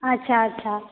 अच्छा अच्छा